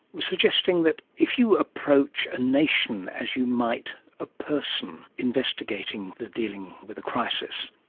was suggesting that if you approach a nation as you might a person investigating the dealing with a crisis,